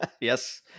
Yes